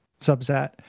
subset